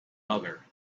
other